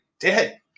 dead